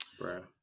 Right